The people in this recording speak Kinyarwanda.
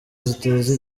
ziteza